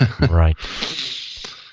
Right